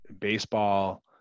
baseball